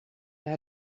had